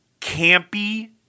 campy